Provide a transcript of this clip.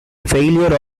failures